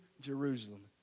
Jerusalem